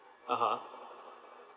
(uh huh)